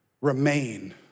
Remain